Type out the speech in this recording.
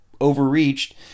overreached